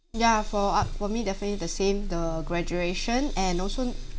ya for ah for me definitely the same the graduation and also